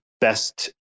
best